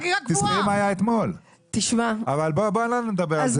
תזכרי מה היה אתמול, אבל בואי לא נדבר על זה.